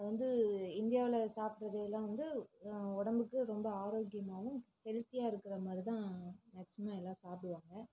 அது வந்து இந்தியாவில் சாப்பிட்றதெல்லாம் வந்து உடம்புக்கு ரொம்ப ஆரோக்கியமாகவும் ஹெல்தியாக இருக்கிற மாதிரிதான் மேக்ஸிமம் எல்லாம் சாப்பிடுவாங்க